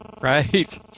Right